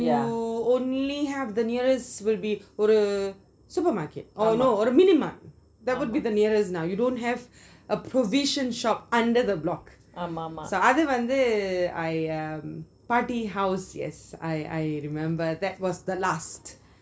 you only have the nearest will be supermarket oh no minimart that would be the nearest now you don't have a provision shop under the block அது வந்து பாடி:athu vanthu paati house yes yes I remember that was the last